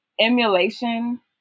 emulation